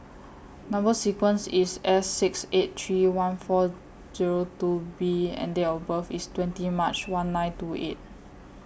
Number sequence IS S six eight three one four Zero two B and Date of birth IS twenty March one nine two eight